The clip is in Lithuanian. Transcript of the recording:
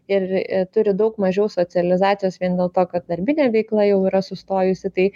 ir turi daug mažiau socializacijos vien dėl to kad darbinė veikla jau yra sustojusi tai